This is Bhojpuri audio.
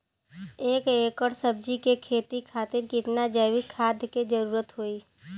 एक एकड़ सब्जी के खेती खातिर कितना जैविक खाद के जरूरत होई?